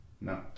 No